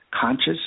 conscious